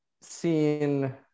seen